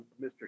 Mr